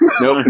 Nope